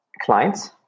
clients